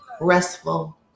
restful